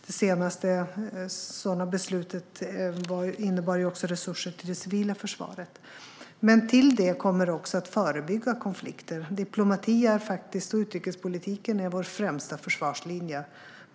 Det senaste beslutet innebar resurser till det civila försvaret. Till detta kommer att förebygga konflikter. Diplomati och utrikespolitiken är vår främsta försvarslinje.